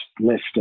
list